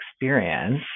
experience